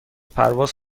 پرواز